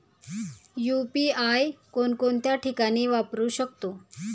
UPI कोणकोणत्या ठिकाणी वापरू शकतो?